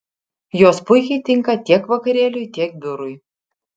jos puikiai tinka tiek vakarėliui tiek biurui